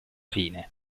fine